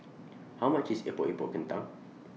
How much IS Epok Epok Kentang